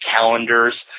calendars